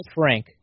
frank